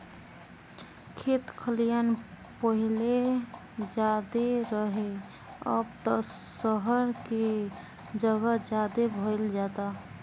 खेत खलिहान पाहिले ज्यादे रहे, अब त सहर के जगह ज्यादे भईल जाता